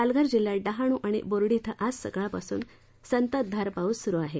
पालघर जिल्ह्यात डहाण आणि बोर्डी िं आज सकाळपासन संततधार पाऊस सरू आहे